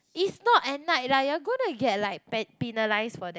is not at night lah you are going get like pen~ penalized for that